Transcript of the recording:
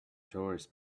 tourists